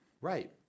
right